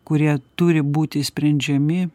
kurie turi būti sprendžiami